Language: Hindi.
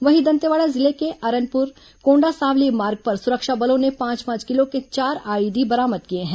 वहीं दंतेवाड़ा जिले के अरनपुर कोंडासावली मार्ग पर सुरक्षा बलों ने पांच पांच किलो के चार आईईडी बरामद किए हैं